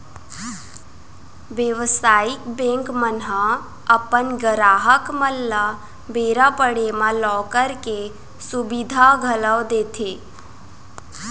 बेवसायिक बेंक मन ह अपन गराहक मन ल बेरा पड़े म लॉकर के सुबिधा घलौ देथे